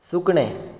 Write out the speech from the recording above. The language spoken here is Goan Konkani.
सुकणें